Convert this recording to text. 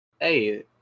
Hey